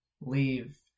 leave